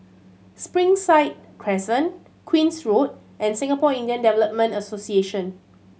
Springside Crescent Queen's Road and Singapore Indian Development Association